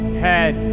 head